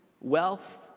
wealth